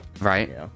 right